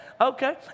okay